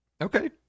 Okay